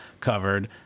covered